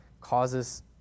causes